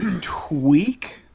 Tweak